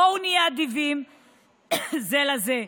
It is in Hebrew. בואו נהיה אדיבים זה לזה.